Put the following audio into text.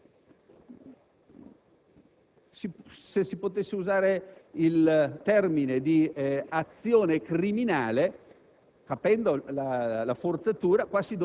Se si potesse usare il termine azione criminale,